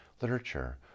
Literature